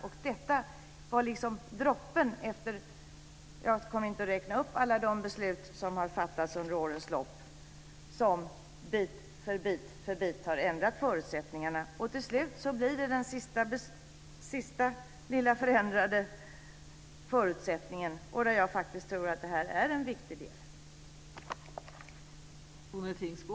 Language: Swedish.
Och detta var liksom droppen efter alla de beslut som har fattats under årens lopp, vilka jag inte tänker räkna upp, och som bit för bit har ändrat förutsättningarna. Till slut blir det den sista lilla förändrade förutsättningen och där jag faktiskt tror att detta är en viktig del.